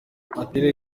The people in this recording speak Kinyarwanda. ati